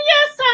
Yes